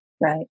Right